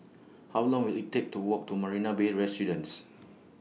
How Long Will IT Take to Walk to Marina Bay Residences